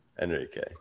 Enrique